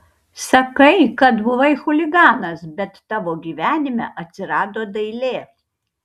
sakai kad buvai chuliganas bet tavo gyvenime atsirado dailė